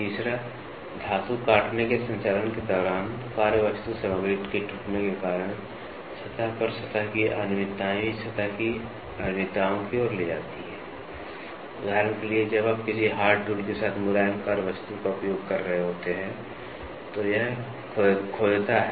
• धातु काटने के संचालन के दौरान कार्यवस्तु सामग्री के टूटने के कारण सतह पर सतह की अनियमितताएं भी सतह की अनियमितताओं की ओर ले जाती हैं उदाहरण के लिए जब आप किसी हार्ड टूल के साथ मुलायम कार्यवस्तु का उपयोग कर रहे होते हैं तो यह खोदता है